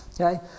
okay